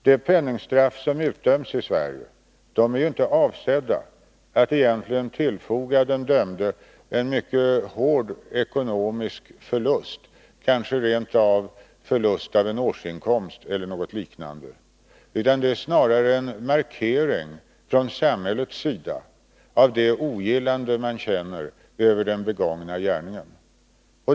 De penningstraff som utdöms i Sverige är ju inte avsedda att egentligen tillfoga den dömde en mycket hård ekonomisk förlust, kanske rent av förlust av en årsinkomst eller något liknande, utan de är snarare en markering från samhällets sida av det ogillande man känner över den begångna gärningen.